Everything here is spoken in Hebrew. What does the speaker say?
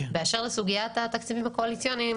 באשר לסוגיית התקציבים הקואליציוניים,